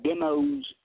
demos